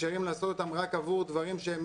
מאפשרים לעשות אותם רק עבור דברים שהם